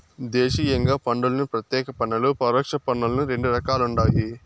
దేశీయంగా పన్నులను ప్రత్యేక పన్నులు, పరోక్ష పన్నులని రెండు రకాలుండాయి